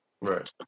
Right